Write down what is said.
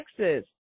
Texas